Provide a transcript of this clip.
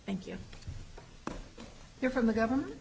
thank you you're from the government